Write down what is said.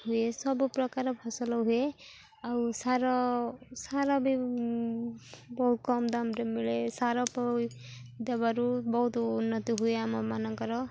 ହୁଏ ସବୁ ପ୍ରକାର ଫସଲ ହୁଏ ଆଉ ସାର ସାର ବି ବହୁତ କମ୍ ଦାମରେେ ମିଳେ ସାର ଦେବାରୁ ବହୁତ ଉନ୍ନତି ହୁଏ ଆମମାନଙ୍କର